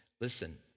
Listen